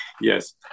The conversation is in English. yes